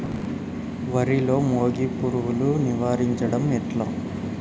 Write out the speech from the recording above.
వరిలో మోగి పురుగును నివారించడం ఎట్లా?